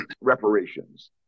reparations